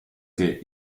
che